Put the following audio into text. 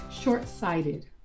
short-sighted